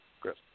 Chris